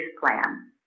plan